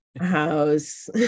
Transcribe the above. house